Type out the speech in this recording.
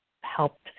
helped